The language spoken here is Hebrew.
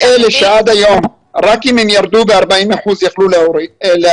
אלה שעד היום ירדו ב-40 אחוזים יכלו להגיש.